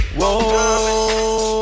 Whoa